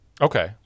Okay